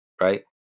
Right